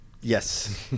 yes